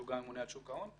שהוא גם ממונה על שוק ההון,